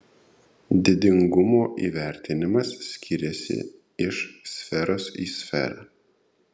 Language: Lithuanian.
didingumo įvertinimas skiriasi iš sferos į sferą